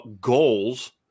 goals